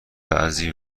بعضی